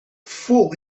full